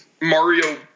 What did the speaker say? Mario